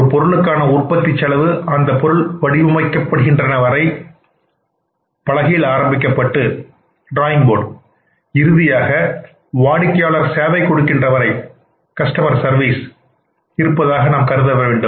ஒரு பொருளுக்கான உற்பத்தி செலவு அந்த பொருள் வடிவமைக்கப்படுகின்றன வரை பலகையில் ஆரம்பிக்கப்பட்டு இறுதியாக வாடிக்கையாளர் சேவையை கொடுக்கின்ற வரை இருப்பதாக கருதவேண்டும்